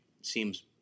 seems